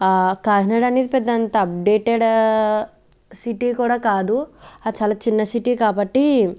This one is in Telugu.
ఆ కాకినాడ అనేది పెద్ద అంత అప్డేటెడ్ సిటీ కూడా కాదు అది చాలా చిన్న సిటీ కాబట్టి